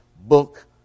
book